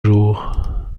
jour